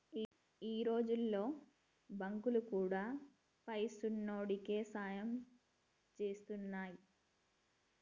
ఈ రోజుల్ల బాంకులు గూడా పైసున్నోడికే సాయం జేత్తున్నయ్